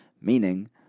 Meaning